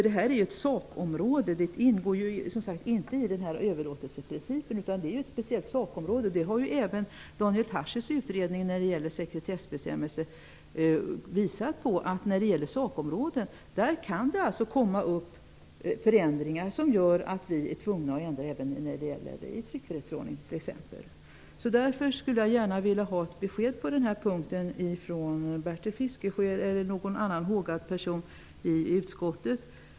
Det här är ett sakområde som inte ingår i överlåtelseprincipen. Daniel Tarschys utredning om sekretessbestämmelser har också visat att när det gäller sakområden kan det uppstå förändringar som medför att vi är tvungna att t.ex. ändra i tryckfrihetsförordningen. Därför skulle jag gärna vilja ha ett besked på den här punkten ifrån Bertil Fiskesjö eller någon annan hågad person i utskottet.